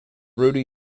rudy